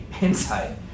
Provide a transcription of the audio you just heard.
inside